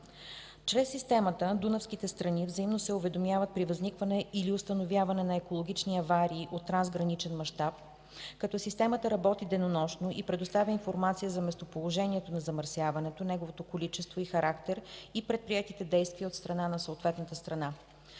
Чрез системата Дунавските страни взаимно се уведомяват при възникване или установяване на екологични аварии от трансграничен мащаб, като системата работи денонощно и предоставя информация за местоположението на замърсяването, неговото количество и характер, и предприетите действия на съответната страна.